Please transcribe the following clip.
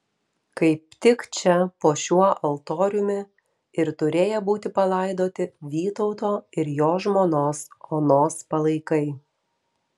kaip tik čia po šiuo altoriumi ir turėję būti palaidoti vytauto ir jo žmonos onos palaikai